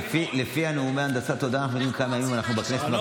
לפי נאומי הנדסת התודעה אני יודע כמה ימים אנחנו בכנסת,